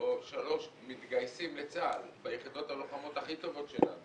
או שלוש מתגייסים לצה"ל ביחידות הלוחמות הכי טובות שלנו